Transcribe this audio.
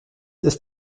ist